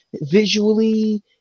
visually